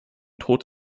droht